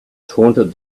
taunted